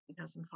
2005